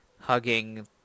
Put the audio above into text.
hugging